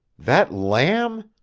that lamb?